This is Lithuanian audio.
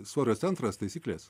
svorio centras taisyklės